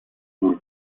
sul